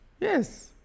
Yes